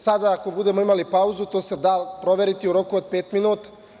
Sada ako budemo imali pauzu, to se da proveriti u roku od pet minuta.